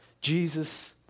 Jesus